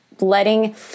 letting